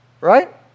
right